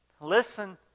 Listen